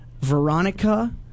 Veronica